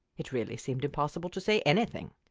it really seemed impossible to say anything!